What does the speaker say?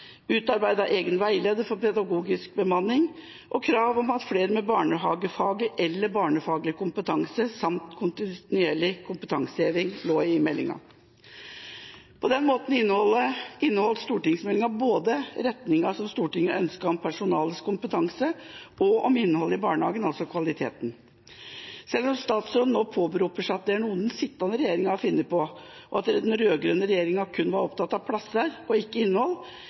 egen veileder for pedagogisk bemanning. Krav om flere med barnehagefaglig eller barnefaglig kompetanse samt kontinuerlig kompetanseheving lå også i meldinga. På den måten inneholdt stortingsmeldinga både retninga som Stortinget ønsket med hensyn til personalets kompetanse, og noe om innholdet i barnehagen, altså kvaliteten. Selv om statsråden nå påberoper seg at det er noe den sittende regjeringa har funnet på, og at den rødgrønne regjeringa kun var opptatt av plasser og ikke av innhold,